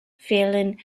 fällen